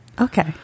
Okay